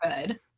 good